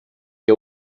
que